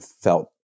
felt